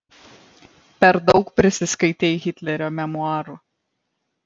per daug prisiskaitei hitlerio memuarų